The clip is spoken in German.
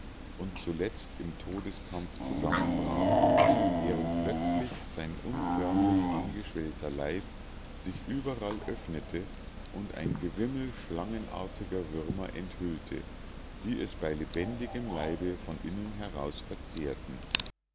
und zuletzt im todeskampf zusammenbrach während plötzlich sein unförmlich angeschwellter leib sich überall öffnete und ein gewimmel schlangenartiger würmer enthüllte die es bei lebendigem leibe von innen heraus verzehrten